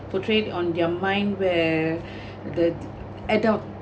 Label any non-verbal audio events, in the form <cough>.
portrayed on their mind where <breath> the adult